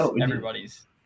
everybody's